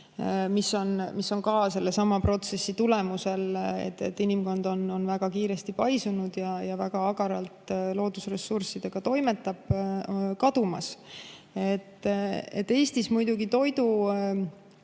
mis on sellesama protsessi tõttu, et inimkond on väga kiiresti paisunud ja väga agaralt loodusressurssidega toimetab, kadumas. Eestis muidugi